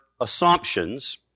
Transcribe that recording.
assumptions